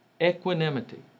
Equanimity